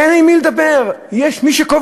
אין עם מי לדבר, יש מי שקובע.